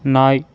நாய்